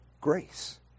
grace